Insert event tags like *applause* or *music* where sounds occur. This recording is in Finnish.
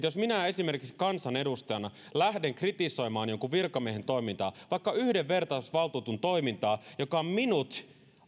*unintelligible* jos minä esimerkiksi kansanedustajana lähden kritisoimaan jonkun virkamiehen toimintaa vaikka yhdenvertaisuusvaltuutetun toimintaa joka on minut